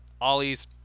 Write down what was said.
Ollie's